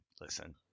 listen